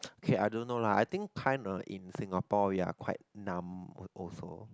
okay I don't know lah I think kinda in Singapore we are quite numb also